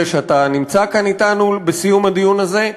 שאתה נמצא כאן אתנו בסיום הדיון הזה,